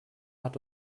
hat